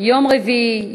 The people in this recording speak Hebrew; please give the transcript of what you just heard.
יום רביעי,